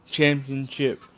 Championship